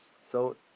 so